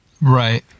Right